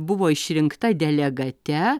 buvo išrinkta delegate